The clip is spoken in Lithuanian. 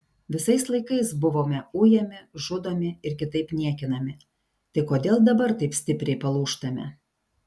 visais laikais buvome ujami žudomi ir kitaip niekinami tai kodėl dabar taip stipriai palūžtame